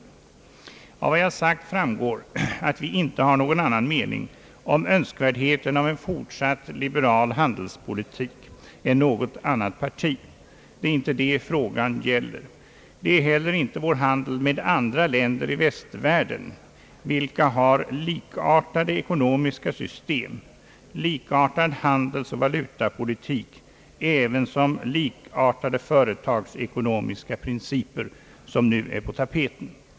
Av vad jag har sagt framgår att vi inte hyser någon annan mening om önskvärdheten av en fortsatt liberal handelspolitik än något annat parti. Det är inte det frågan gäller. Det är heller inte vår handel med andra länder i västvärlden, vilka har likartade ekonomiska system, likartad handelsoch valutapolitik ävensom likartade företagsekonomiska principer, som nu är på tapeten.